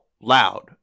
loud